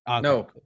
No